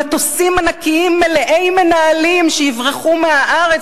מטוסים ענקיים מלאי מנהלים שיברחו מהארץ